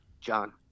John